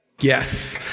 Yes